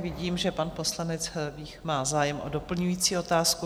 Vidím, že pan poslanec Vích má zájem o doplňující otázku.